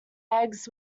eggs